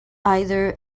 either